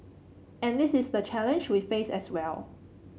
and this is the challenge we face as well